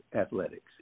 athletics